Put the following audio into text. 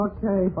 Okay